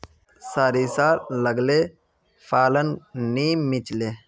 सारिसा लगाले फलान नि मीलचे?